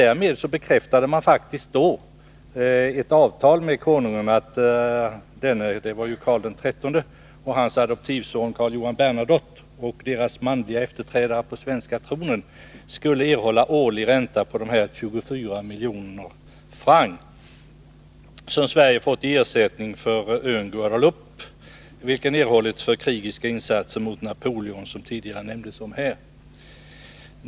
Därmed bekräftade man ett avtal med konungen — Karl XIII — att denne, hans adoptivson Karl Johan Bernadotte och deras manliga efterträdare på svenska tronen skulle erhålla årlig ränta på de 24 miljoner franc som Sverige fått i ersättning för ön Guadeloupe, vilken erhållits för krigiska insatser mot Napoleon, som tidigare nämndes här.